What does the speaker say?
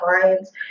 clients